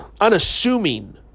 unassuming